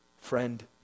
Friend